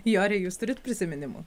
jori jūs turite prisiminimų